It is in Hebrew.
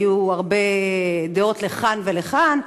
והיו הרבה דעות לכאן ולכאן.